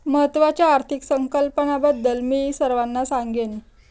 महत्त्वाच्या आर्थिक संकल्पनांबद्दल मी सर्वांना सांगेन